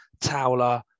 Towler